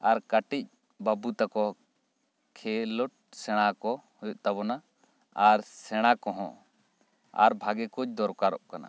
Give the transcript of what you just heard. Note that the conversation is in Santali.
ᱟᱨ ᱠᱟᱹᱴᱤᱡ ᱵᱟᱹᱵᱩ ᱛᱟᱠᱚ ᱠᱷᱮᱞᱳᱰ ᱥᱮᱬᱟ ᱠᱚ ᱦᱩᱭᱩᱜ ᱛᱟᱵᱚᱱᱟ ᱟᱨ ᱥᱮᱬᱟ ᱠᱚ ᱦᱚᱸ ᱟᱨ ᱵᱷᱟᱜᱮ ᱠᱳᱪ ᱫᱚᱨᱠᱟᱨᱚᱜ ᱠᱟᱱᱟ